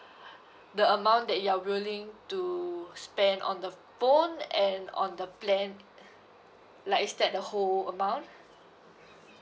the amount that you are willing to spend on the phone and on the plan like is that the whole amount